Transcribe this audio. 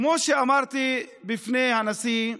כמו שאמרתי לפני הנשיא,